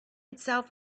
itself